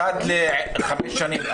אחת לחמש שנים.